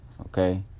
okay